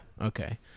Okay